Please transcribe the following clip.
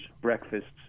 breakfasts